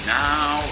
now